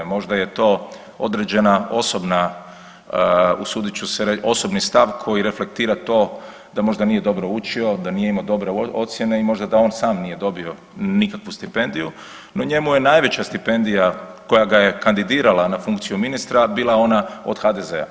Možda je to određena osobna usudit ću se reći, osobni stav koji reflektira to da možda nije dobro učio, da nije imao dobre ocjene i možda da on sam nije dobio nikakvu stipendiju no njemu je najveća stipendija koja ga je kandidirala na funkciju ministra ona od HDZ-a.